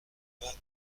vingt